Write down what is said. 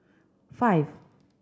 five